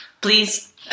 please